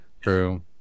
True